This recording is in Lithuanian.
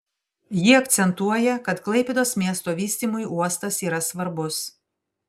ji akcentuoja kad klaipėdos miesto vystymui uostas yra svarbus